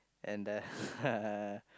and the uh